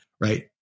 Right